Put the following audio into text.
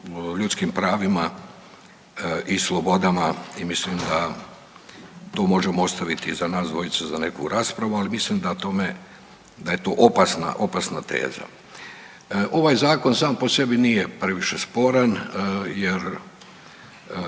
ljudskim pravima i slobodama i mislim da to možemo ostaviti i za nas dvojicu za neku raspravu, ali mislim da tome, da je to opasna, opasna teza. Ovaj Zakon sam po sebi nije previše sporan jer